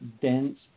dense